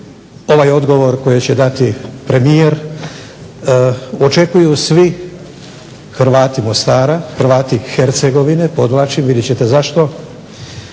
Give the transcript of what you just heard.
ovaj odgovor koji će dati premijer očekuju svi Hrvati Mostara, Hrvati Hercegovine podvlačim, vidjet ćete zašto,